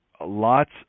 lots